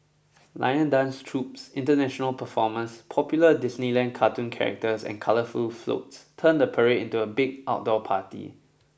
lion dance troupes international performers popular Disneyland cartoon characters and colourful floats turn the parade into a big outdoor party